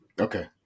Okay